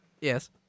Yes